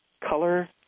Color